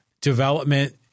development